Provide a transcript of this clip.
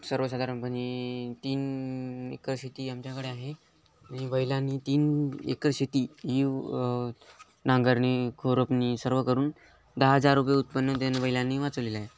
सर्वसाधारणपणे तीन एकर शेती आमच्याकडे आहे आणि बैलांनी तीन एकर शेती ही नांगरणी खुरपणी सर्व करून दहा हजार रुपये उत्पन्न त्यांनी बैलांनी वाचवलेलं आहे